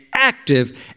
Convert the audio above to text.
Active